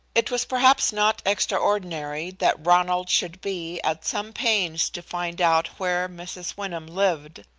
it was perhaps not extraordinary that ronald should be at some pains to find out where mrs. wyndham lived,